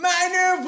Minor